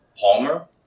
Palmer